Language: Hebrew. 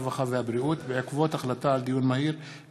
הרווחה והבריאות בעקבות דיון בהצעתן של חברות הכנסת מיכל בירן